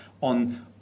on